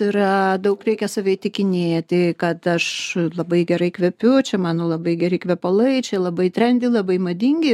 yra daug reikia save įtikinėti kad aš labai gerai kvepiu čia mano labai geri kvepalai čia labai trendi labai madingi